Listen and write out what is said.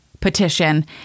petition